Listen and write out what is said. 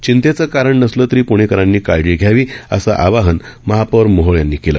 चिंतेचं कारण नसलं तरी प्णेकरांनी काळजी घ्यावी असं आवाहन महापौर मोहोळ यांनी केलं